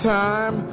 time